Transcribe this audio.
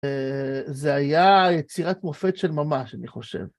זה היה יצירת מופת של ממש, אני חושב.